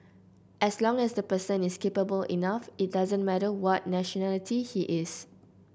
as long as the person is capable enough it doesn't matter what nationality he is